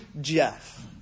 Jeff